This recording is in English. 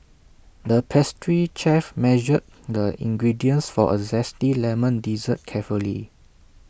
the pastry chef measured the ingredients for A Zesty Lemon Dessert carefully